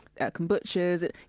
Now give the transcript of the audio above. kombuchas